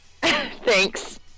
Thanks